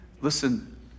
Listen